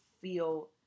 feel